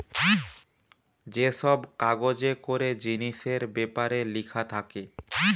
যে সব কাগজে করে জিনিসের বেপারে লিখা থাকে